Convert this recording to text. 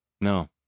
No